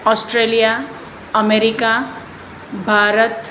Australia America Bharat